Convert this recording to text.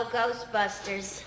Ghostbusters